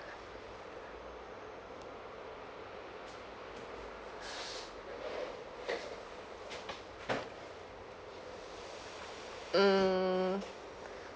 mm